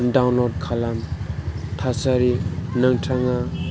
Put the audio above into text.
download खालाम थासारि नोंथाङा